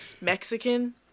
Mexican